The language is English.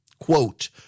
Quote